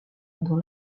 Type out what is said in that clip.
dans